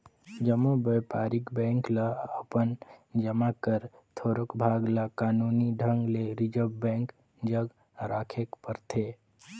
जम्मो बयपारिक बेंक मन ल अपन जमा कर थोरोक भाग ल कानूनी ढंग ले रिजर्व बेंक जग राखेक परथे